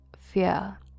fear